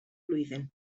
blwyddyn